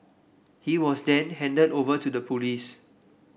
he was then handed over to the police